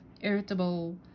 irritable